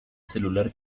celular